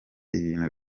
ibintu